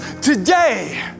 today